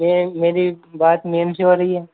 यह मेरी बात मैम से हो रही है